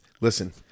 listen